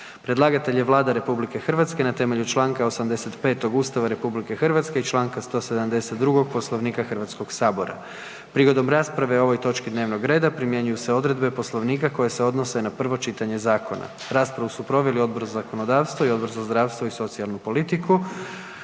Predlagatelj je Vlada RH na temelju čl. 85. Ustava RH i čl. 172. Poslovnika Hrvatskog sabora. Prigodom rasprave o ovoj točci dnevnog reda primjenjuju se odredbe Poslovnika koje se odnose na prvo čitanje zakona. Raspravu su proveli Odbor za zakonodavstvo i Odbor za zdravstvo i socijalnu politiku.